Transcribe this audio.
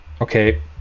okay